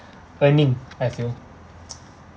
earning as you